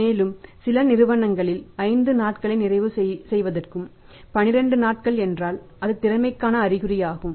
மேலும் இது சில நிறுவனங்களில் 5 நாட்களை நிறைவு செய்வதற்கும் 12 நாட்கள் என்றால் அது திறமையின்மைக்கான அறிகுறியாகும்